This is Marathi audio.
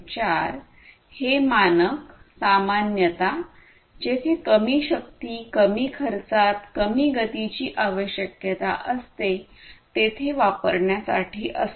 4 हे मानक सामान्यत जेथे कमी शक्ती कमी खर्चात कमी गतीची आवश्यकता असते तेथे वापरण्यासाठी असते